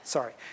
Sorry